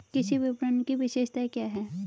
कृषि विपणन की विशेषताएं क्या हैं?